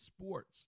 sports